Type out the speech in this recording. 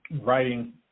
writing